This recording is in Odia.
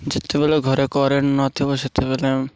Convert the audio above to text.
ଯେତେବେଳେ ଘରେ କରେଣ୍ଟ୍ ନଥିବ ସେତେବେଳେ